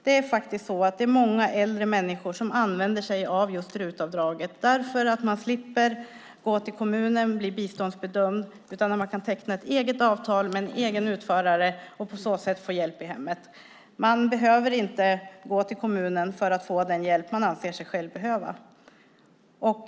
Det är faktiskt många äldre som använder RUT-avdraget, för man slipper gå till kommunen och bli biståndsbedömd. Man kan teckna ett eget avtal med en egen utförare och på så sätt få hjälp i hemmet. Man behöver inte gå till kommunen för att få den hjälp man anser sig behöva.